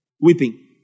weeping